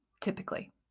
typically